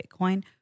Bitcoin